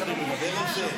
איך אני מדבר על זה?